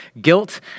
guilt